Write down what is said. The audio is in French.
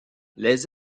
les